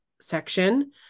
section